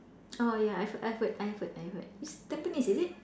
oh ya I've heard I've heard I've heard it's Tampines is it